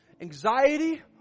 anxiety